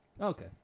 Okay